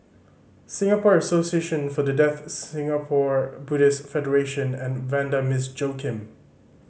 Singapore Association For The Deaf Singapore Buddhist Federation and Vanda Miss Joaquim